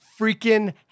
freaking